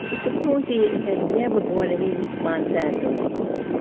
ah suppose he he had never bought any monsanto seeds.